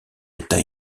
état